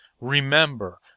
Remember